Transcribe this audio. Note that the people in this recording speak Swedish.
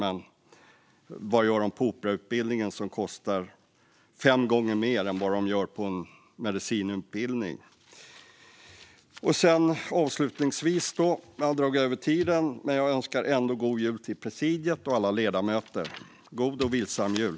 Men vad gör de på operautbildningen som gör att den kostar fem gånger mer än medicinutbildningen? Jag har dragit över min talartid, men jag vill ändå passa på att önska presidiet och alla ledamöter en god och vilsam jul.